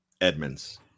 Edmonds